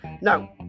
No